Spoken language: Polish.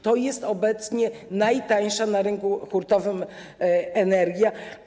To jest obecnie najtańsza na rynku hurtowym energia.